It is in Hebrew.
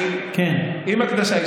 עם הקדשה.